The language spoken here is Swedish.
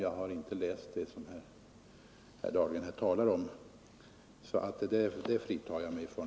Jag har inte läst det som herr Dahlgren här talar om, och det fritar jag mig ifrån.